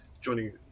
joining